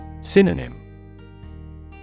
Synonym